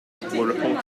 reported